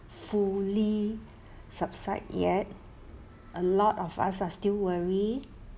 fully subside yet a lot of us are still worry